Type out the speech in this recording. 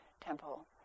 temple